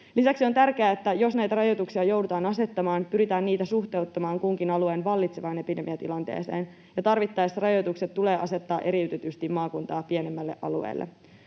Lisäksi on tärkeää, että jos näitä rajoituksia joudutaan asettamaan, pyritään niitä suhteuttamaan kunkin alueen vallitsevaan epidemiatilanteeseen, ja tarvittaessa rajoitukset tulee asettaa eriytetysti maakuntaa pienemmälle alueelle.